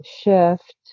shift